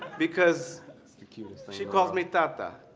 because she calls me tata.